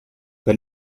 per